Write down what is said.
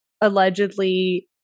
allegedly